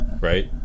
right